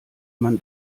man